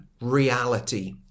reality